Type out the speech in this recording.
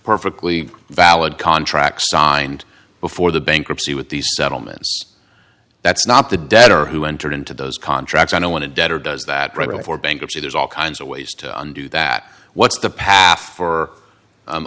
perfectly valid contract signed before the bankruptcy with these settlements that's not the debtor who entered into those contracts i don't want to debtor does that provide for bankruptcy there's all kinds of ways to undo that what's the path for u